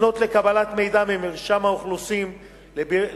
לפנות למרשם האוכלוסין לקבלת מידע,